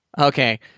Okay